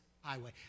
highway